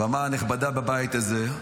הבמה הנכבדה בבית הזה,